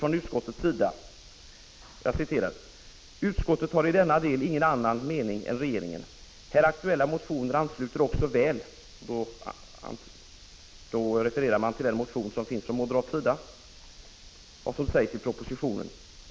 Utskottet skriver: ”Utskottet har i denna delingen annan mening än regeringen. Här aktuella motioner ansluter också väl” — då refererar man till den motion som finns från moderat sida — ”till vad som sägs i propositionen.